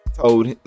told